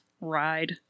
ride